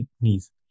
knees